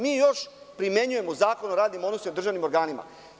Mi još primenjujemo Zakon o radnim odnosima i državnim organima.